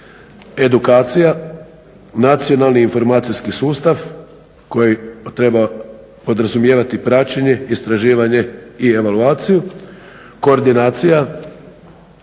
edukacija, nacionalni informacijski sustav koji treba podrazumijevati praćenje, istraživanje i evaluaciju, koordinacija,